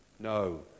no